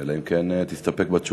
אלא אם כן תסתפק בתשובה.